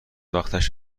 وقتش